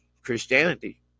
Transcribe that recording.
christianity